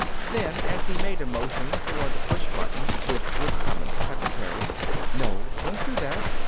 then, as he made a motion toward the push-button, which would summon the secretary no, don't do that!